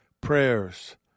prayers